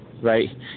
right